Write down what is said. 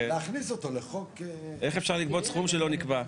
איך אפשר לגבות סכום שלא נקבע?